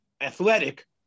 athletic